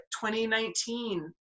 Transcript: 2019